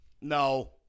No